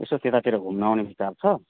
यसो त्यतातिर घुम्न आउने विचार छ